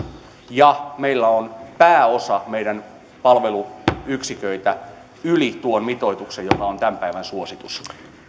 ja meillä on pääosa meidän palveluyksiköitä yli tuon mitoituksen joka on tämän päivän suositus